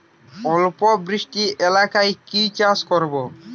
অল্প বৃষ্টি এলাকায় কি চাষ করব?